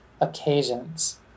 occasions